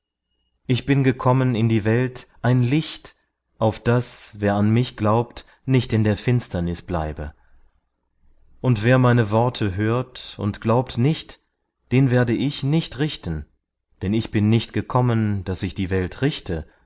ich bin gekommen in die welt ein licht auf daß wer an mich glaubt nicht in der finsternis bleibe und wer meine worte hört und glaubt nicht den werde ich nicht richten denn ich bin nicht gekommen daß ich die welt richte